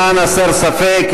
למען הסר ספק,